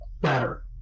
better